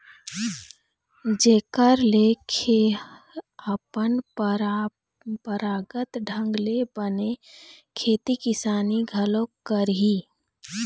जेखर ले खे ह अपन पंरापरागत ढंग ले बने खेती किसानी घलोक करही